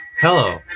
Hello